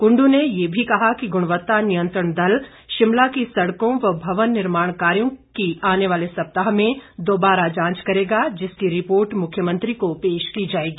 कुंडू ने ये भी कहा कि गुणवत्ता नियंत्रण दल शिमला की सड़कों व भवन निर्माण कार्यों की आने वाले सप्ताह में दोबारा जांच करेगा जिसकी रिपोर्ट मुख्यमंत्री को पेश की जाएगी